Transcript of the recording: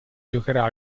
giocherà